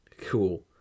Cool